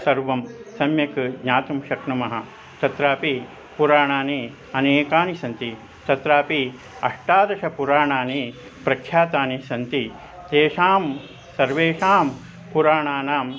सर्वं सम्यक् ज्ञातुं शक्नुमः तत्रापि पुराणानि अनेकानि सन्ति तत्रापि अष्टादशपुराणानि प्रख्यातानि सन्ति तेषां सर्वेषां पुराणानाम्